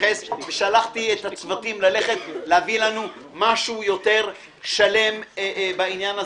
ושלחתי את הצוותים ללכת ולהביא לנו משהו יותר שלם בעניין הזה.